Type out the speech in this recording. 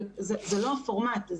אבל זה לא הפורמט,